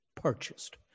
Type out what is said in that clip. purchased